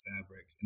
fabric